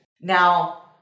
Now